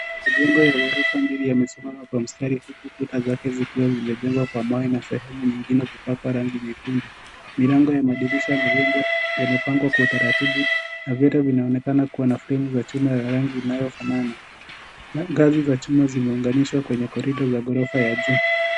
Majengo ya ghorofa mbili yamesimama kwa mstari huku kuta zake zikiwa zimejengwa kwa mawe na sehemu nyingine kupakwa rangi nyekundu. Milango ya madirisha na vyombo yamepangwa kwa utaratibu na vyote vinaonekana kuwa na fremu za chuma ya rangi inayofanana. Ngazi za chuma zimeunganishwa kwenye korido za ghorofa ya juu.